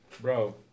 Bro